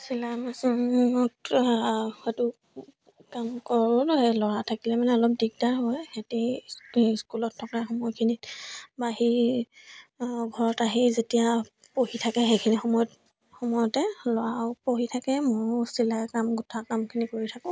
চিলাই মেচিনত সেইটো কাম কৰোঁ ল'ৰা থাকিলে মানে অলপ দিগদাৰ হয় সিহঁতি ইস্ক স্কুলত থকা সময়খিনিত বাহিৰ ঘৰত আহি যেতিয়া পঢ়ি থাকে সেইখিনি সময়ত সময়তে ল'ৰাও পঢ়ি থাকে মোৰো চিলাই কাম গোঠা কামখিনি কৰি থাকোঁ